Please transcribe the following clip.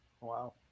Wow